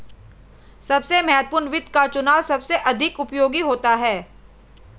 सबसे महत्वपूर्ण वित्त का चुनाव सबसे अधिक उपयोगी होता है